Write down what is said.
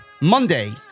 Monday